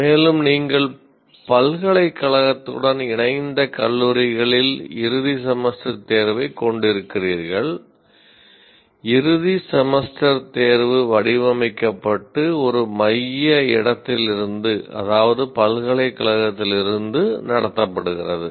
மேலும் நீங்கள் பல்கலைக்கழகத்துடன் இணைந்த கல்லூரிகளில் இறுதி செமஸ்டர் தேர்வை கொண்டிருக்கிறீர்கள் இறுதி செமஸ்டர் தேர்வு வடிவமைக்கப்பட்டு ஒரு மைய இடத்திலிருந்து அதாவது பல்கலைக்கழகத்திலிருந்து நடத்தப்படுகிறது